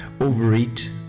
overeat